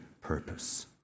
purpose